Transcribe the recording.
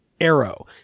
Arrow